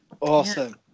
awesome